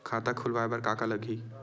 खाता खुलवाय बर का का लगही?